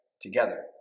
together